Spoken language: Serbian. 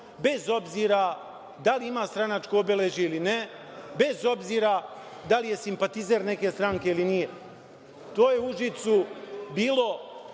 bez obzira da li ima stranačko obeležje ili ne, bez obzira da li je simpatizer neke stranke ili ne. To je u Užicu bilo